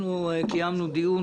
קיימנו דיון,